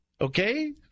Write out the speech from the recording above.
Okay